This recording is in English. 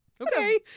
Okay